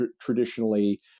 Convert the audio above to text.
traditionally